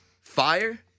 Fire